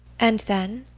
and then